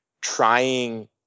trying